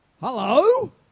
Hello